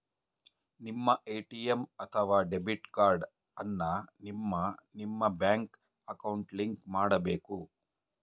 ನಿಮ್ಮ ಎ.ಟಿ.ಎಂ ಅಥವಾ debit card ಅನ್ನ ನಿಮ್ಮ ನಿಮ್ಮ ಬ್ಯಾಂಕ್ ಅಕೌಂಟ್ಗೆ ಲಿಂಕ್ ಮಾಡಬೇಕು